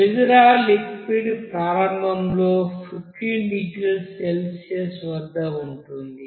glycerol liquid ప్రారంభంలో 15 డిగ్రీలసెల్సియస్ వద్ద ఉంటుంది